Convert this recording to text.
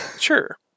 sure